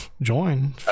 join